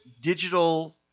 digital